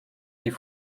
die